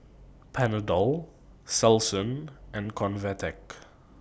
Panadol Selsun and Convatec